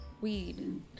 Weed